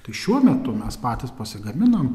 tai šiuo metu mes patys pasigaminome